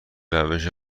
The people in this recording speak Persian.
روش